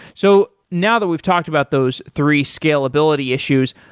so now that we've talked about those three scalability issues,